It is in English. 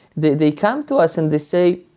they they come to us and they say,